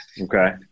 Okay